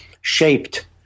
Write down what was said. shaped